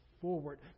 forward